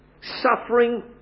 suffering